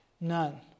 None